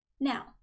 Now